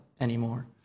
anymore